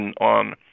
on